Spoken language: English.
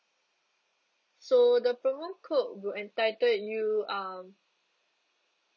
so the promo code will entitled you um